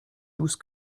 douce